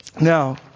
Now